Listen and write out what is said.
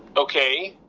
okay,